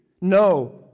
No